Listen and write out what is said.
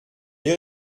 les